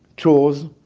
chores.